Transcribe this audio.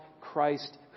Christ